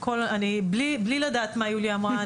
בלי לדעת מה יוליה אמרה,